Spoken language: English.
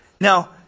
Now